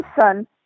son